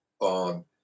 on